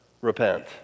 repent